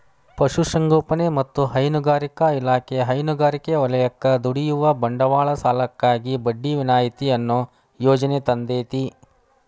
ಪಶುಸಂಗೋಪನೆ ಮತ್ತ ಹೈನುಗಾರಿಕಾ ಇಲಾಖೆ ಹೈನುಗಾರಿಕೆ ವಲಯಕ್ಕ ದುಡಿಯುವ ಬಂಡವಾಳ ಸಾಲಕ್ಕಾಗಿ ಬಡ್ಡಿ ವಿನಾಯಿತಿ ಅನ್ನೋ ಯೋಜನೆ ತಂದೇತಿ